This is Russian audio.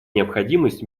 необходимость